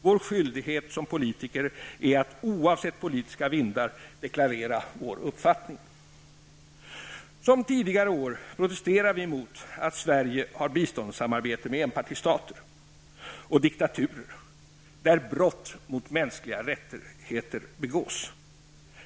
Vår skyldighet som politiker är att oavsett politiska vindar deklarera vår uppfattning. Som tidigare år protesterar vi mot att Sverige har biståndssamarbete med enpartistater, och diktaturer där brott mot de mänskliga rättigheterna begås.